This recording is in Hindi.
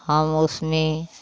हम उसमें